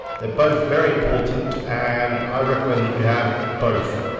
they're both very important and i recommend that you have both.